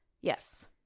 Yes